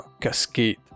cascade